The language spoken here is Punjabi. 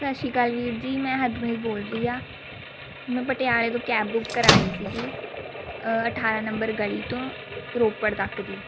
ਸਤਿ ਸ਼੍ਰੀ ਅਕਾਲ ਵੀਰ ਜੀ ਮੈਂ ਹਰਪ੍ਰੀਤ ਬੋਲ ਰਹੀ ਹਾਂ ਮੈਂ ਪਟਿਆਲੇ ਤੋਂ ਕੈਬ ਬੁੱਕ ਕਰਵਾਉਣੀ ਸੀ ਅਠਾਰਾਂ ਨੰਬਰ ਗਲੀ ਤੋਂ ਰੋਪੜ ਤੱਕ ਦੀ